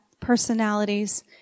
personalities